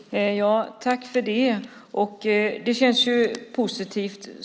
Herr talman! Jag tackar för det inlägget. Så här långt känns det positivt.